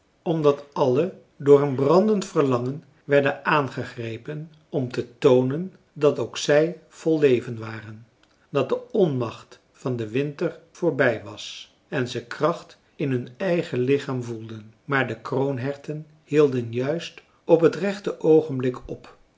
omdat alle door een brandend verlangen werden aangegrepen om te toonen dat ook zij vol leven waren dat de onmacht van den winter voorbij was en ze kracht in hun eigen lichaam voelden maar de kroonherten hielden juist op het rechte oogenblik op